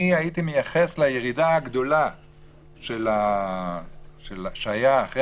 אני הייתי מייחס את הירידה הגדולה שהייתה אחרי